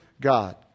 God